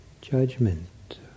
judgment